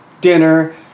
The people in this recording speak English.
dinner